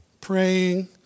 praying